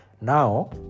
now